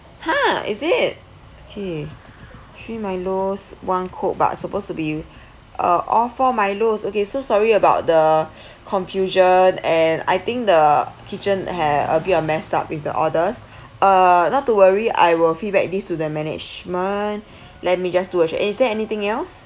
ha is it okay three milos one coke but it's supposed to be uh all four milos okay so sorry about the confusion and I think the kitchen had a bit of messed up with the orders uh not too worry I will feedback this to the management let me just do a check is there anything else